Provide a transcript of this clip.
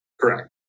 Correct